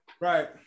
Right